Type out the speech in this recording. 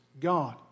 God